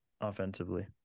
offensively